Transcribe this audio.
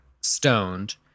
stoned